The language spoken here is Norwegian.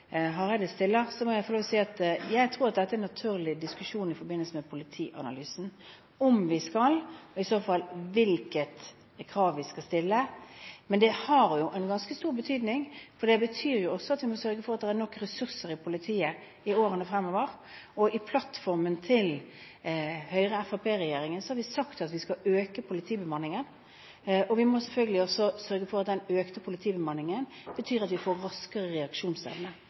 må jeg få lov å si at jeg tror at dette er en naturlig diskusjon i forbindelse med politianalysen: Skal vi stille krav til responstid, og i så fall hvilket krav vi skal stille? Men det har ganske stor betydning, for det betyr også at vi må sørge for at det er nok ressurser i politiet i årene fremover. I plattformen til Høyre–Fremskrittsparti-regjeringen har vi sagt at vi skal øke politibemanningen, og vi må selvfølgelig også sørge for at den økte politibemanningen betyr at vi får raskere reaksjonsevne.